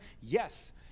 yes